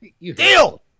Deal